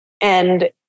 And-